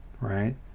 right